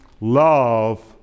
love